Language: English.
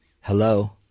Hello